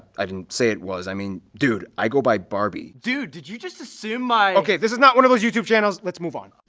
i didn't say it was, i mean. dude, i go by barby. dude, did you just assume my okay, this is not one of those youtube channels! let's move on.